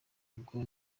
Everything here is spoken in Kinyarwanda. ubwo